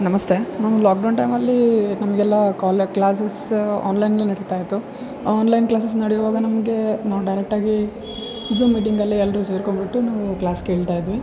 ನಮಸ್ತೆ ನಾನು ಲಾಕ್ಡೌನ್ ಟೈಮಲ್ಲಿ ನಮಗೆಲ್ಲ ಕಾಲೇಕ್ ಕ್ಲಾಸಸ್ಸ್ ಆನ್ಲೈನಲ್ಲಿ ನಡಿತಾಯಿತ್ತು ಆನ್ಲೈನ್ ಕ್ಲಾಸಸ್ ನಡೆಯುವಾಗ ನಮಗೆ ನಾವು ಡೈರೆಕ್ಟಾಗಿ ಝೂಮ್ ಮೀಟಿಂಗಲ್ಲಿ ಎಲ್ಲರು ಸೇರ್ಕೊಂಬಿಟ್ಟು ನಾವು ಕ್ಲಾಸ್ ಕೇಳ್ತಾಯಿದ್ವಿ